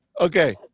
Okay